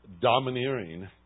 domineering